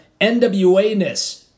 NWA-ness